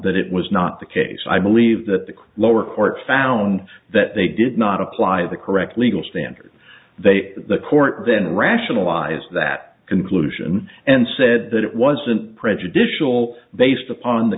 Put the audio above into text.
that it was not the case i believe that the lower court found that they did not apply the correct legal standard they the court then rationalized that conclusion and said that it wasn't prejudicial based upon the